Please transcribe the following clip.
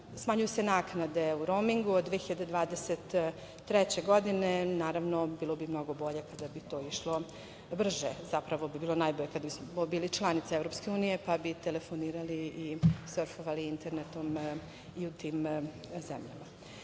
smanjuju naknade u romingu od 2023. godine, bilo bi mnogo bolje kada bi to išlo brže, zapravo bi bilo najbolje kada bismo bili članica EU, pa bi telefonirali i surfovali internetom i u tim zemljama.